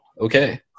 okay